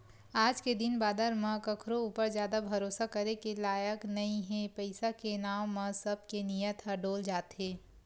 आज के दिन बादर म कखरो ऊपर जादा भरोसा करे के लायक नइ हे पइसा के नांव म सब के नियत ह डोल जाथे